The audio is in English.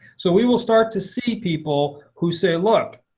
so we will start to see people who say, look,